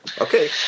Okay